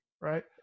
right